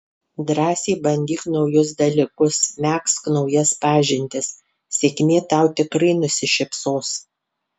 drąsiai bandyk naujus dalykus megzk naujas pažintis sėkmė tau tikrai nusišypsos